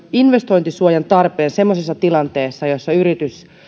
investointisuojan tarpeen semmoisessa tilanteessa jossa yritys